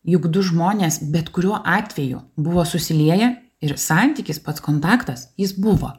juk du žmonės bet kuriuo atveju buvo susilieję ir santykis pats kontaktas jis buvo